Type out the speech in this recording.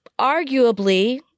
arguably